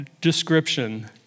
description